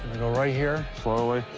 go right here slowly